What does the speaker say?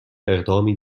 اقدامی